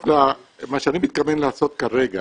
מה שאני מתכוון לעשות כרגע